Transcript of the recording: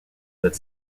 that